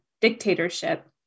dictatorship